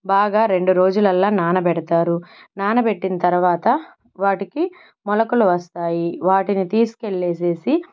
బాగా రెండు రోజులు నానబెడతారు నానబెట్టిన తర్వాత వాటికి మొలకలు వస్తాయి వాటిని తీసుకెళ్ళి